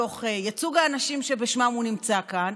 לייצוג האנשים שבשמם הוא נמצא כאן,